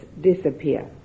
disappear